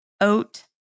oat